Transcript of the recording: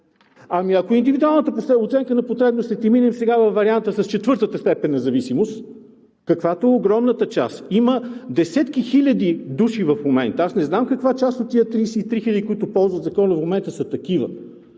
Ами, ако индивидуалната оценка на потребностите – и минем сега във варианта с четвъртата степен на зависимост, каквато е огромната част, има десетки хиляди души в момента – аз не знам каква част от тези 33 хиляди, които ползват Закона в момента, са такива,